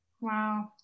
Wow